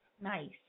nice